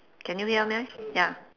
can you hear me ya